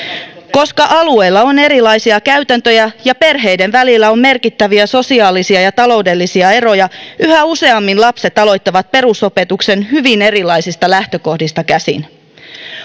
koska alueilla on erilaisia käytäntöjä ja perheiden välillä on merkittäviä sosiaalisia ja taloudellisia eroja yhä useammin lapset aloittavat perusopetuksen hyvin erilaisista lähtökohdista käsin